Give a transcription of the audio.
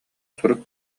сурук